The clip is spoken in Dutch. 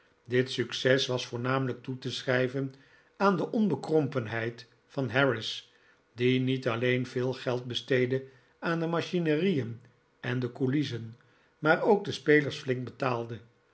dit succes was voornamelijk toe te schrijven aan de onbekrompenheid van harris die niet alleen veel geld besteedde aan de machinerieen en de coulissen maar ook de spelers flink betaalde